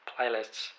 playlists